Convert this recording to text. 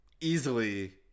easily